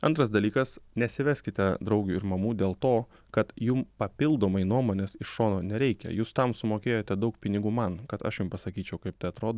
antras dalykas nesiveskite draugių ir mamų dėl to kad jum papildomai nuomonės iš šono nereikia jūs tam sumokėjote daug pinigų man kad aš jum pasakyčiau kaip tai atrodo